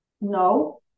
no